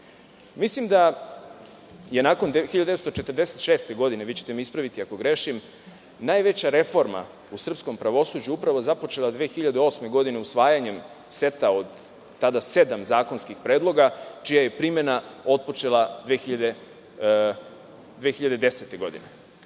da je nakon 1946. godine, ispravićete me ako grešim, najveća reforma u srpskom pravosuđu započeta upravo 2008. godine usvajanjem seta od tada sedam zakonskih predloga, čija je primena otpočela 2010. godine.